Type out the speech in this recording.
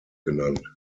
genannt